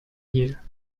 year